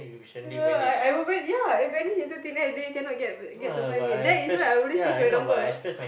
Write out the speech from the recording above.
uh I would vanish ya if vanish to thin air they cannot get get to find me that is I wouldn't change my number